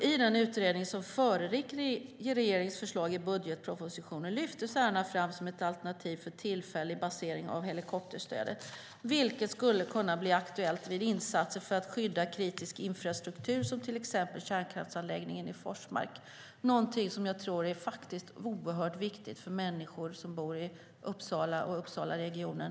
I den utredning som föregick regeringens förslag i budgetpropositionen lyftes Ärna fram som ett alternativ för tillfällig basering av helikopterstödet, vilket skulle kunna bli aktuellt vid insatser för att skydda kritisk infrastruktur, till exempel kärnkraftsanläggningen i Forsmark, någonting som jag tror är oerhört viktigt också för människor som bor i Uppsala och Uppsalaregionen.